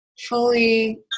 fully